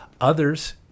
Others